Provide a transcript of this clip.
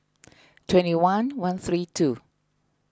twenty one one three two